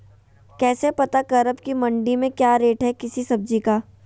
कैसे पता करब की मंडी में क्या रेट है किसी सब्जी का?